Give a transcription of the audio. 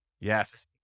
Yes